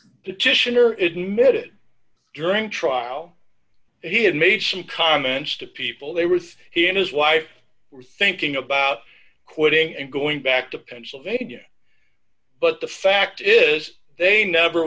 mid during trial he had made some comments to people they were three he and his wife were thinking about quitting and going back to pennsylvania but the fact is they never